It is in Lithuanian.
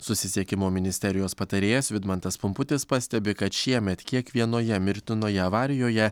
susisiekimo ministerijos patarėjas vidmantas pumputis pastebi kad šiemet kiekvienoje mirtinoje avarijoje